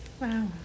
Wow